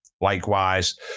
likewise